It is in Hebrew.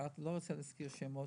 אני לא רוצה להזכיר שמות,